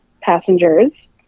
passengers